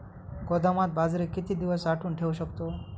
गोदामात बाजरी किती दिवस साठवून ठेवू शकतो?